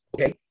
Okay